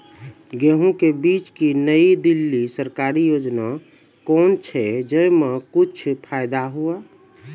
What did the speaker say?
गेहूँ के बीज की नई दिल्ली सरकारी योजना कोन छ जय मां कुछ फायदा हुआ?